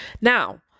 Now